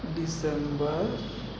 December